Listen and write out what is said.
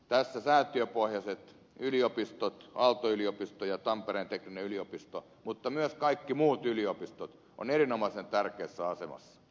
tässä säätiöpohjaiset yliopistot aalto yliopisto ja tampereen teknillinen yliopisto mutta myös kaikki muut yliopistot ovat erinomaisen tärkeässä asemassa